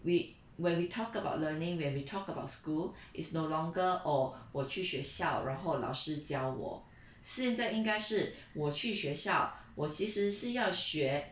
we when we talk about learning when we talk about school is no longer oh 我去学校然后老师教我现在应该是我去学校我其实是要学